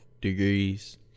degrees